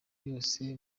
yose